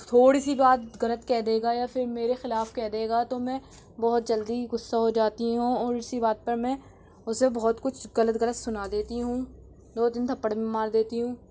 تھوڑی سی بات غلط کہہ دے گا یا پھر میرے خلاف کہہ دے گا تو میں بہت جلدی غصّہ ہو جاتی ہوں اور اُسی بات پر میں اُسے بہت کچھ غلط غلط سُنا دیتی ہوں دو تین تھپڑ بھی مار دیتی ہوں